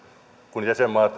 kun jäsenmaat